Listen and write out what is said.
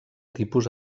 tipus